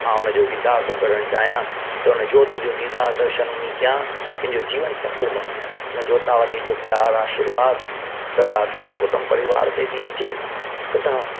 मां हुन जो दीदारु करणु थो चाहियां त हुन जोति जो दीदारु दर्शन वञी कयां पंहिंजो जीवन सफल बणाया हुन ज्योता वाली जो प्यारु आशीर्वाद सदा असांजे कुटुंब परिवार ते बि अचे सदा